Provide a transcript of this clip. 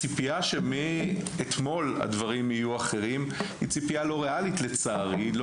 הציפייה שמאתמול הדברים יהיו אחרים היא ציפייה לא ריאלית לצערי,